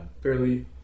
fairly